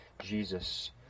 Jesus